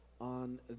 on